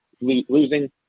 losing